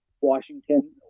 Washington